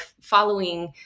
following